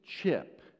Chip